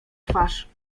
twarz